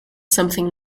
something